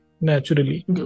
naturally